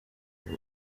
vya